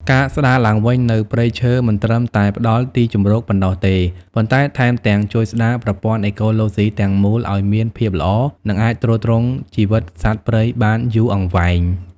ការស្តារឡើងវិញនូវព្រៃឈើមិនត្រឹមតែផ្តល់ទីជម្រកប៉ុណ្ណោះទេ ប៉ុន្តែថែមទាំងជួយស្តារប្រព័ន្ធអេកូឡូស៊ីទាំងមូលឲ្យមានភាពល្អ និងអាចទ្រទ្រង់ជីវិតសត្វព្រៃបានយូរអង្វែង។